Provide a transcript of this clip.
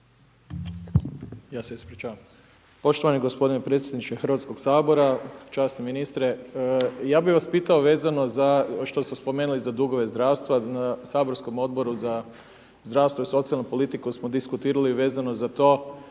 Siniša (SDP)** Poštovani g. predsjedniče Hrvatskog sabora. Časni ministre, ja bi vas pitao, vezano za što ste spomenuli za dugove zdravstva saborskog Odboru za zdravstvo i socijalnu politiku, smo diskutirali vezano za to.